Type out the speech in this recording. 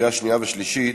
קריאה שנייה וקריאה שלישית.